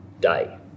day